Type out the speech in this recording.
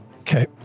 Okay